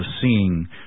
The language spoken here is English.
seeing